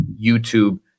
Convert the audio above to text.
YouTube